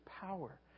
power